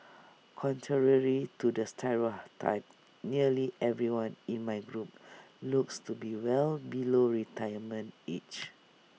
contrary to the stereotype nearly everyone in my group looks to be well below retirement age